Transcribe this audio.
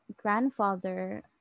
grandfather